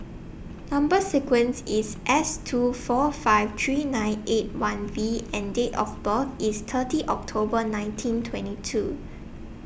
Number sequence IS S two four five three nine eight one V and Date of birth IS thirty October nineteen twenty two